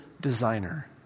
designer